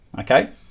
Okay